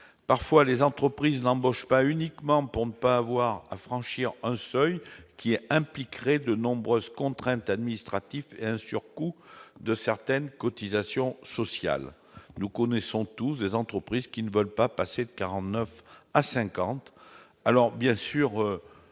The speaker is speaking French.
parfois que des entreprises n'embauchent pas pour l'unique raison qu'elles ne souhaitent pas franchir un seuil qui impliquerait de nombreuses contraintes administratives et un surcoût de certaines cotisations sociales. Nous connaissons tous des entreprises qui ne veulent pas passer de 49 à 50 salariés. Bien sûr,